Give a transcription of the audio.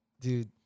Dude